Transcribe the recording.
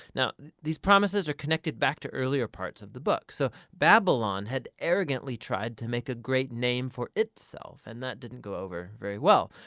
now these promises are connected back to earlier parts of the book. so babylon had arrogantly tried to make a great name for itself and that didn't go very well.